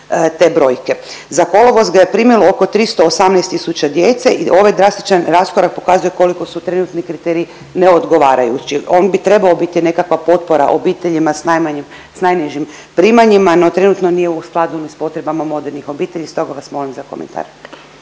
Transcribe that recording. te brojke. Za kolovoz ga je primilo oko 318 tisuća djece i ovaj drastičan raskorak pokazuje koliko su trenutni kriteriji neodgovarajući. On bi trebao biti nekakva potpora obiteljima s najmanjim, s najnižim primanjima, no trenutno nije u skladu ni s potrebama modernih obitelji, stoga vas molim za komentar.